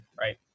right